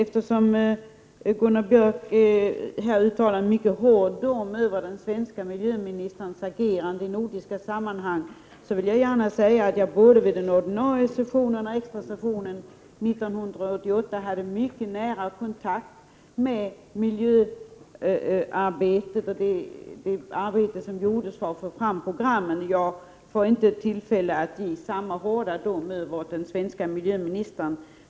Eftersom Gunnar Björk här uttalar en mycket hård dom över den svenska miljöministerns agerande i nordiska sammanhang, vill jag gärna säga att jag både vid den ordinarie sessionen och vid extrasessionen 1988 hade mycket nära kontakt med miljöarbetet och det arbete som utfördes för att få fram programmen. Jag finner inte anledning att uttala samma hårda dom över den svenska miljöministern.